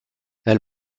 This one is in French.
elle